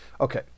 Okay